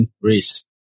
race